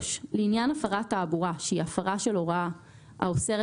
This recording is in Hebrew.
לעניין הפרת תעבורה שהיא הפרה של הוראה האוסרת